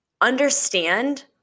understand